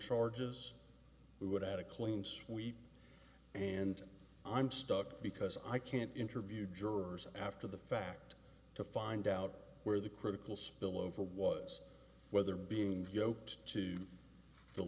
charges we would have a clean sweep and i'm stuck because i can't interview jurors after the fact to find out where the critical spillover was whether being yoked to the